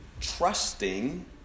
Trusting